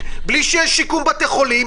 בלי שיש שיקום בתי חולים.